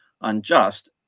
unjust